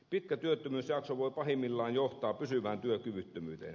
pitkä työttömyysjakso voi pahimmillaan johtaa pysyvään työkyvyttömyyteen